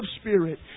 spirit